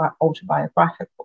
autobiographical